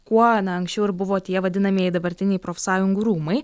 kuo na anksčiau ir buvo tie vadinamieji dabartiniai profsąjungų rūmai